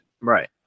Right